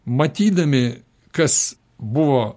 matydami kas buvo